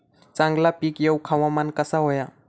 चांगला पीक येऊक हवामान कसा होया?